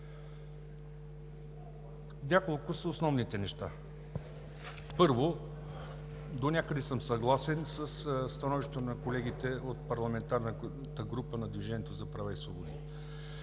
няколко. Първо, донякъде съм съгласен със становището на колегите от парламентарната група на „Движението за права и свободи“.